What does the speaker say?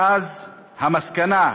ואז המסקנה,